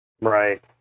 Right